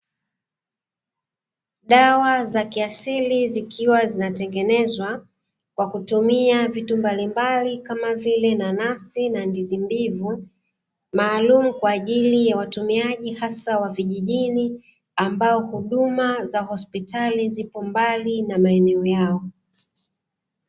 Dawa za kiasili zikiwa zinatengenezwa kwa kutumia vitu mbalimbali kama vile nanasi na ndizi mbivu, maalumu kwa ajili ya watumiaji hasa wa vijijini ambao huduma za hospitali zipo mbali na maeneo yao.